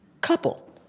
couple